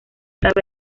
esta